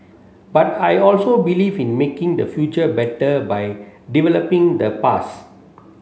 but I also believe in making the future better by developing the past